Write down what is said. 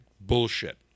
bullshit